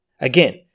again